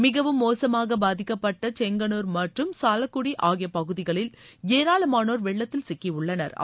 மிகவும் மோசமாக பாதிக்கப்பட்ட செங்கனூர் மற்றும் சாலக்குடி ஆகிய பகுதிகளில் ஏராளமானோர் வெள்ளத்தில் சிக்கியுள்ளனா்